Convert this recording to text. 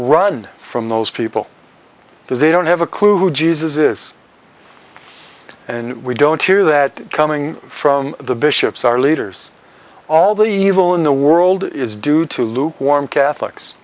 run from those people because they don't have a clue who jesus is and we don't hear that coming from the bishops are leaders all the evil in the world is due to lukewarm catholics